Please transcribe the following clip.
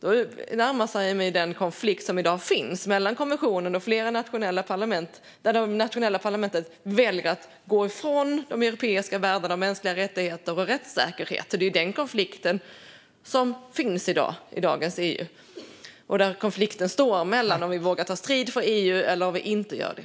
Då närmar vi oss den konflikt som finns i dagens EU mellan kommissionen och flera nationella parlament där de nationella parlamenten väljer att gå ifrån de europeiska värdena om mänskliga rättigheter och rättssäkerhet. Konflikten står mellan att våga ta strid för EU och att inte göra det.